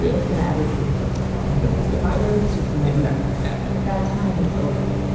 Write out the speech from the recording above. it's gonna ever be like football. um yeah soccer is just never done ah at that time is over.